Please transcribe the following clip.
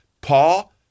Paul